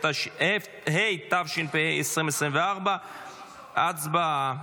התשפ"ה 2024. הצבעה.